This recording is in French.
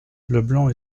leblanc